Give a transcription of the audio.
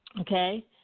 okay